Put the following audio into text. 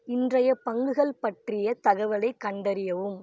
இன்றைய பங்குகள் பற்றிய தகவலைக் கண்டறியவும்